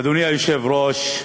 אדוני היושב-ראש,